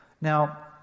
now